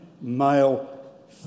male